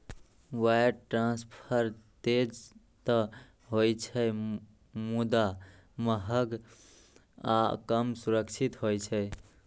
wire transfer तेज तं होइ छै, मुदा महग आ कम सुरक्षित होइ छै